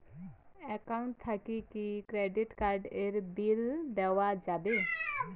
Account থাকি কি credit card এর বিল দেওয়া যাবে?